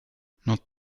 not